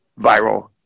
viral